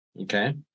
Okay